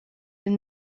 and